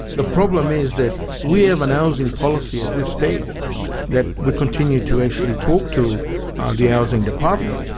the problem is that we have an housing policy at this stage that we continue to actually talk to the housing department,